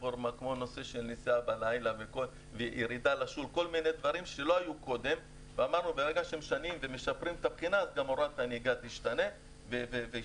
הרפורמה שנחשפתי אליה כי בדיוק באותו זמן הבן שלי שהיה חייל למד נהיגה והיה